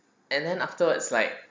and then afterwards like